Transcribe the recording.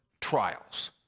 trials